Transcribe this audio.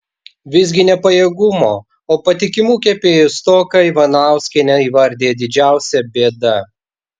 visgi ne pajėgumo o patikimų kepėjų stoką ivanauskienė įvardija didžiausia bėda